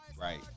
Right